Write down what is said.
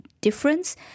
difference